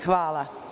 Hvala.